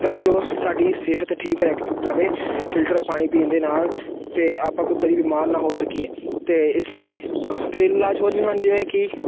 ਤਾਂ ਜੋ ਸਾਡੀ ਸਿਹਤ ਠੀਕ ਰਹਿ ਕ ਰਹੇ ਫਿਲਟਰ ਪਾਣੀ ਪੀਣ ਦੇ ਨਾਲ ਅਤੇ ਆਪਾਂ ਬਿ ਕਦੀ ਬਿਮਾਰ ਨਾ ਹੋ ਸਕੀਏ ਅਤੇ ਇਸ ਲਈ ਘਰੇਲੂ ਇਲਾਜ ਹੋਰ ਵੀ ਹਨ ਜਿਵੇਂ ਕਿ